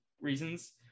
reasons